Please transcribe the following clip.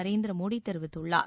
நரேந்திர மோடி தெரிவித்துள்ளார்